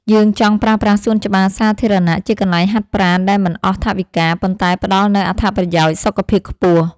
យើងចង់ប្រើប្រាស់សួនច្បារសាធារណៈជាកន្លែងហាត់ប្រាណដែលមិនអស់ថវិកា ប៉ុន្តែផ្ដល់នូវអត្ថប្រយោជន៍សុខភាពខ្ពស់។